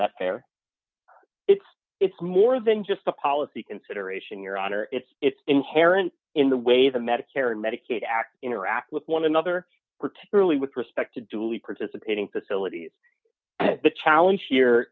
a fair it's it's more than just a policy consideration your honor it's inherent in the way the medicare and medicaid act interact with one another particularly with respect to do we participate in facilities the challenge here